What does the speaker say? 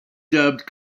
dubbed